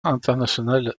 international